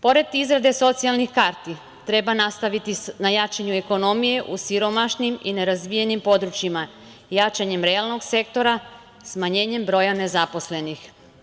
Pored izrade socijalnih karti, treba nastaviti na jačanju ekonomije u siromašnim i nerazvijenim područjima, jačanjem realnog sektora, smanjenjem broja nezaposlenih.